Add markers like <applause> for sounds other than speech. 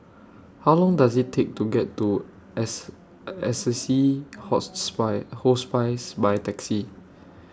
How Long Does IT Take to get to ass Assisi <unintelligible> Hospice By Taxi